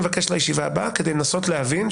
לישיבה הבאה, כדי לנסות להבין.